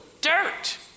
dirt